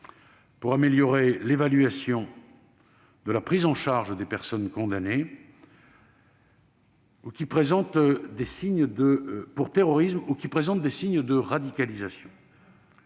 pour améliorer l'évaluation et la prise en charge des personnes condamnées pour des faits de terrorisme ou présentant des signes de radicalisation.